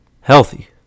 Healthy